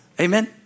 Amen